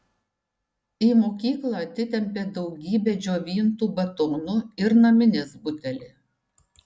į mokyklą atitempė daugybę džiovintų batonų ir naminės butelį